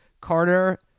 Carter